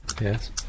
Yes